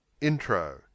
Intro